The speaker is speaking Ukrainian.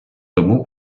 тому